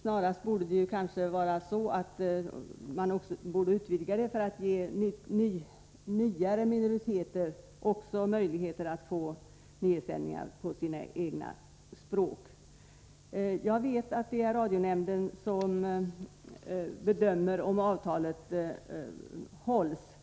Snarare borde kanske sändningarna på minoritetsspråk utvidgas för att ge också nya minoriteter möjlighet att få nyhetssändningar på sina egna språk. Jag vet att det är radionämnden som bedömer om avtalet följs.